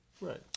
Right